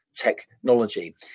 technology